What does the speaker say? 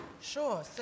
Sure